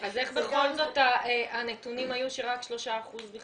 אז איך בכל זאת הנתונים היו שרק 3%?